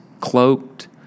cloaked